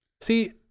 see